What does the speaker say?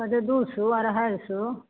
कतेक दू सए अढ़ाइ सए